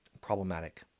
problematic